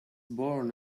born